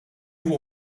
vous